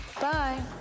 Bye